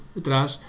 atrás